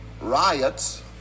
riots